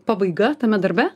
pabaiga tame darbe